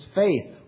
faith